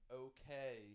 okay